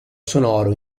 sonoro